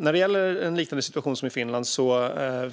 När det gäller en liknande situation som den i Finland